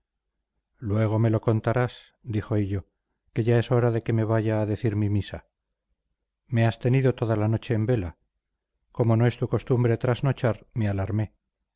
luego me lo contarás dijo hillo que ya es hora de que me vaya a decir mi misa me has tenido toda la noche en vela como no es tu costumbre trasnochar me alarmé